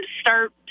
start